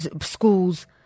schools